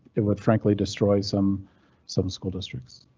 it would frankly destroy some some school districts.